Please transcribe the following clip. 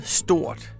stort